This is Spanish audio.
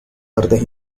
artes